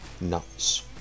Nuts